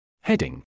Heading